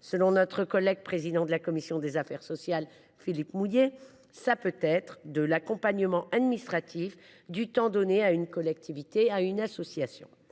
Selon notre collègue président de la commission des affaires sociales, Philippe Mouiller, « ça peut être de l’accompagnement administratif, du temps donné à une collectivité, à une association